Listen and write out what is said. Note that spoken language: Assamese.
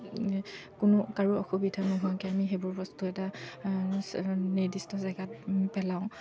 কোনো কাৰো অসুবিধা নোহোৱাকৈ আমি সেইবোৰ বস্তু এটা নিৰ্দিষ্ট জেগাত পেলাওঁ